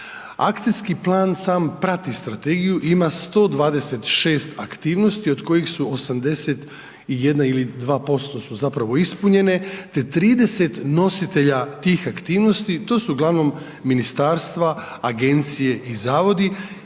Akcijski plan sam prati strategiju i ima 126 aktivnosti od kojih su 81 ili 2% su zapravo ispunjene, te 30 nositelja tih aktivnosti, to su uglavnom ministarstva, agencije i zavodi